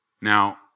Now